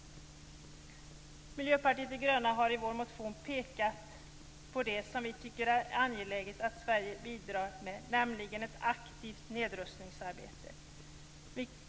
Vi i Miljöpartiet de gröna har i vår motion pekat på det som vi tycker det är angeläget att Sverige bidrar med, nämligen ett aktivt nedrustningsarbete.